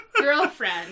Girlfriend